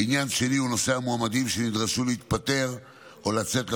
עניין שני הוא נושא המועמדים שנדרשו להתפטר או לצאת לחופשה,